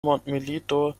mondmilito